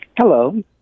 Hello